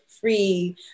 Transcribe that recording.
free